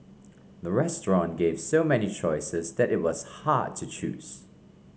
the restaurant gave so many choices that it was hard to choose